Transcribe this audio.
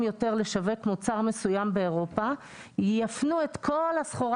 יותר לשווק מוצר מסוים באירופה יפנו את כל הסחורה